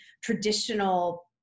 traditional